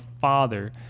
father